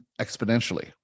exponentially